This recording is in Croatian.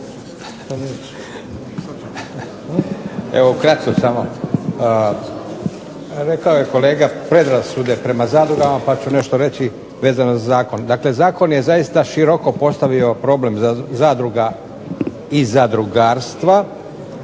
Evo ukratko samo. Rekao je kolega predrasude prema zadrugama, pa ću nešto reći vezano za zakon. Dakle, zakon je zaista široko postavio problem zadruga i zadrugarstva,